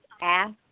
ask